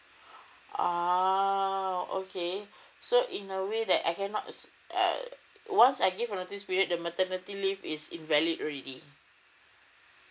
orh okay so in a way that I cannot assum~ uh once I give a this period the maternity leave is invalid already